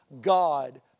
God